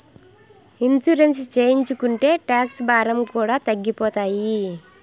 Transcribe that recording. insurance చేయించుకుంటే tax భారం కూడా తగ్గిపోతాయి